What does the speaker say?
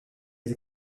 est